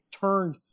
turned